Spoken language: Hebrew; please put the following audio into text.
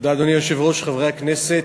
אדוני היושב-ראש, תודה, חברי הכנסת,